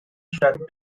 started